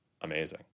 amazing